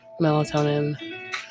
melatonin